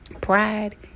pride